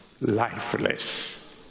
lifeless